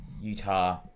Utah